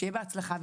שיהיה בהצלחה.